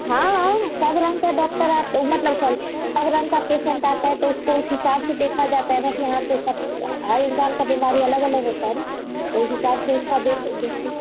हाँ हाँ सब रंग का डाक्टर आ मतलब सॉरी सब रंग का पेसेन्ट आता है तो उसको उस हिसाब से देखा जाता है न हाँ कैसा अब हर इंसान का बीमारी अलग अलग होता है न उस हिसाब से उसका देख देखते हैं